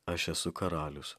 aš esu karalius